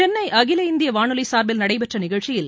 சென்னை அகில இந்திய வானொலி சார்பில் நடைபெற்ற நிகழ்ச்சியில்